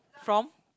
from